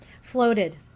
Floated